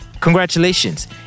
congratulations